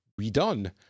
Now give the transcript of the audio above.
redone